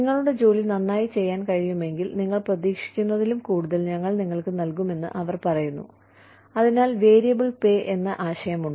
നിങ്ങളുടെ ജോലി നന്നായി ചെയ്യാൻ കഴിയുമെങ്കിൽ നിങ്ങൾ പ്രതീക്ഷിക്കുന്നതിലും കൂടുതൽ ഞങ്ങൾ നിങ്ങൾക്ക് നൽകുമെന്ന് അവർ പറയുന്നു അതിനാൽ വേരിയബിൾ പേ ഉണ്ട്